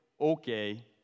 Okay